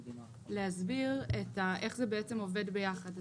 להסביר איך זה בעצם עובד ביחד.